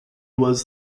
was